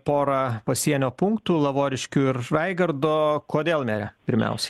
porą pasienio punktų lavoriškių ir raigardo kodėl mere pirmiausiai